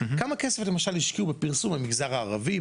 כמה כסף השקיעו בפרסום במגזר הערבי,